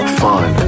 fun